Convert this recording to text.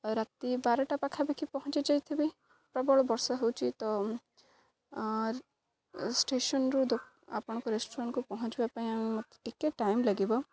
ରାତି ବାରଟା ପାଖାପାଖି ପହଁଞ୍ଚି ଯାଇଥିବି ପ୍ରବଳ ବର୍ଷା ହେଉଛି ତ ଷ୍ଟେସନ୍ରୁ ଆପଣଙ୍କ ରେଷ୍ଟୁରାଣ୍ଟ୍କୁ ପହଁଞ୍ଚିବା ପାଇଁ ଆମେ ମୋତେ ଟିକେ ଟାଇମ୍ ଲାଗିବ